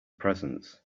presence